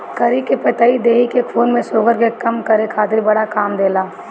करी के पतइ देहि के खून में शुगर के कम करे खातिर बड़ा काम देला